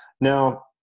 Now